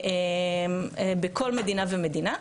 בכל מדינה ומדינה.